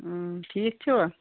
ٹھیٖک چھُوا